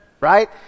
Right